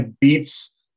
beats –